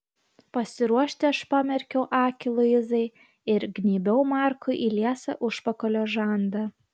pasiruošti aš pamerkiau akį luizai ir gnybiau markui į liesą užpakalio žandą